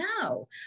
no